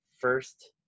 first